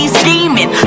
scheming